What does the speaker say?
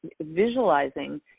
visualizing